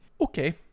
Okay